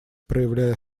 проявляя